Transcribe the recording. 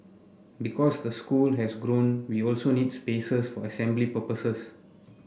because the school has grown we also needs spaces for assembly purposes